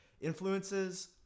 influences